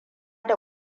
da